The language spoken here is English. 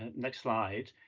next slide,